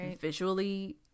visually